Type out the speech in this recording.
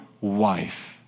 wife